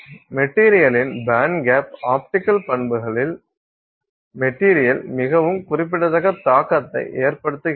மெட்டீரியலின் bandgap optical பண்புகளில் material மிகவும் குறிப்பிடத்தக்க தாக்கத்தை ஏற்படுத்துகிறது